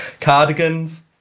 Cardigans